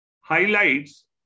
highlights